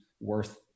worth